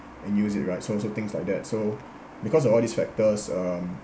and use it right so so things like that so because of all these factors um